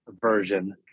version